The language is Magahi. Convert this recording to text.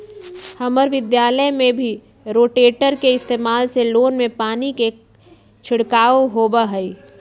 हम्मर विद्यालय में भी रोटेटर के इस्तेमाल से लोन में पानी के छिड़काव होबा हई